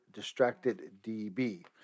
DistractedDB